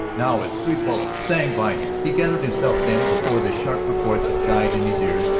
now, as three bullets sang by him, he gathered himself then, before the sharp reports had died in his ears,